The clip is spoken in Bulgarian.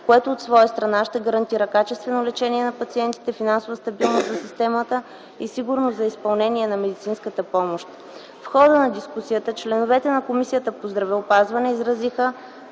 което от своя страна ще гарантира качествено лечение на пациентите, финансова стабилност за системата и сигурност за изпълнение на медицинска помощ. В хода на дискусията членовете на Комисията по здравеопазването изразиха